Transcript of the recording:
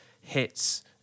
hits